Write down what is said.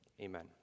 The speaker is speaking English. Amen